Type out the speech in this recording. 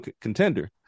contender